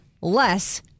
less